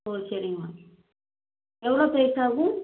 ஓ சரிங்க மேம் எவ்வளோ ப்ரைஸ் ஆகும்